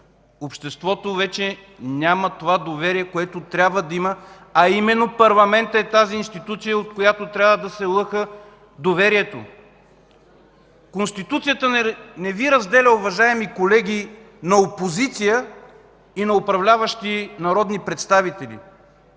Обществото вече няма доверието, което трябва да има, а именно парламентът е институцията, от която трябва да лъха доверието. Конституцията не Ви разделя, уважаеми колеги, на опозиция и на управляващи народни представители.